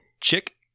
chick